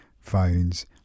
phones